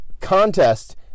contest